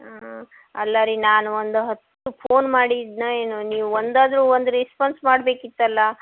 ಹಾಂ ಅಲ್ಲ ರೀ ನಾನು ಒಂದು ಹತ್ತು ಫೋನ್ ಮಾಡಿದೆನೋ ಏನೊ ನೀವು ಒಂದಾದರೂ ಒಂದು ರಿಸ್ಪಾನ್ಸ್ ಮಾಡಬೇಕಿತ್ತಲ್ಲ